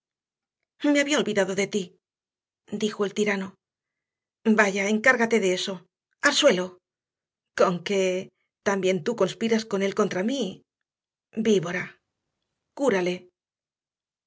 me había olvidado de ti dijo el tirano vaya encárgate de eso al suelo conque también tú conspiras con él contra mí víbora cúrale